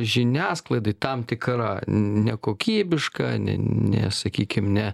žiniasklaidai tam tikra nekokybiška ne ne sakykim ne